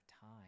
time